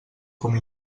com